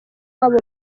wabo